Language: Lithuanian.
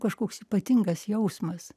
kažkoks ypatingas jausmas